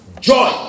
joy